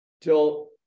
till